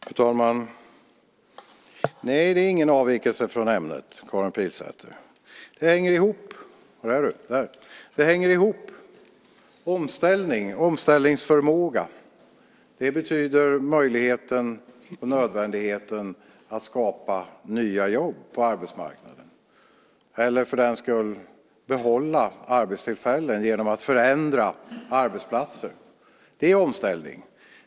Fru talman! Nej, det är ingen avvikelse från ämnet, Karin Pilsäter. Det hänger ihop. Omställning och omställningsförmåga betyder möjligheten och nödvändigheten att skapa nya jobb på arbetsmarknaden, eller för den skull behålla arbetstillfällen, genom att förändra arbetsplatser. Det är omställning.